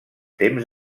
temps